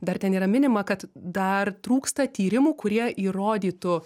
dar ten yra minima kad dar trūksta tyrimų kurie įrodytų